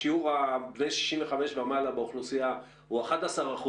שיעור בני 65 ומעלה באוכלוסייה הוא 11%,